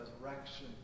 resurrection